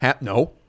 No